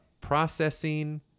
processing